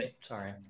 Sorry